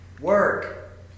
work